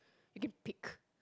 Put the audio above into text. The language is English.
you can pick